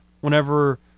whenever